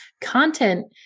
Content